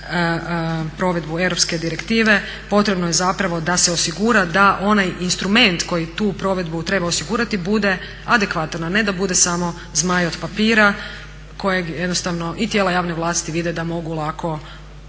provedbu europske direktive potrebno je zapravo da se osigura da onaj instrument koji tu provedbu treba osigurati bude adekvatan, a ne da bude samo zmaj od papira kojeg jednostavno i tijela javne vlasti vide da mogu lako zaobići